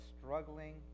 struggling